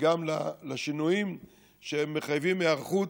גם לשינויים שמחייבים היערכות.